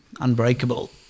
unbreakable